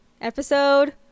episode